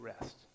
rest